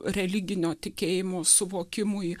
religinio tikėjimo suvokimui